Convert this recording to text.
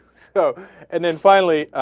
so and then finally